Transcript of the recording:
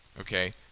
okay